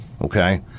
okay